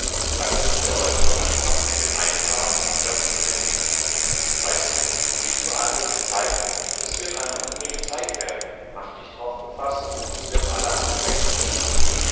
da können wir heut noch anfangen mit dem eintragen und dörren für den winter weißt wie zu ahnls zeiten es wird eine hungrige zeit werden mach dich darauf gefaßt uns wird allerhand schmecken müssen